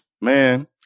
Man